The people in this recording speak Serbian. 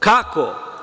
Kako?